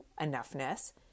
enoughness